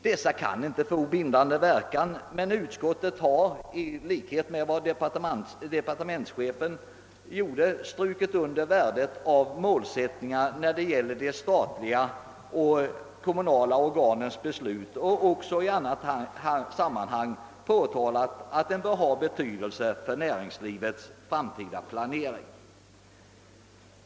Denna kan inte få bindande verkan, men utskottet har i likhet med vad departementschefen gjort strukit under värdet av målsättningar för de statliga och kommunala organens beslut och även i annat sammanhang framhållit att de bör ha betydelse för näringslivets framtida planering.